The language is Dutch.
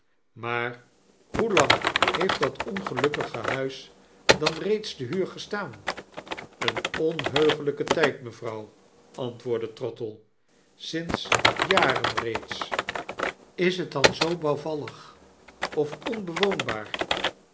maar hoelang heeft dat ongelukkige huis dan reeds te huur gestaan een onheuglyken tijd mevrouw antwoordde trottle w sinds jaren reeds ls het dan zoo bouwvallig of onbewoonbaar